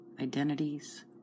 identities